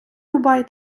рубай